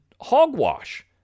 hogwash